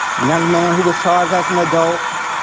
young man who was charged as an adult,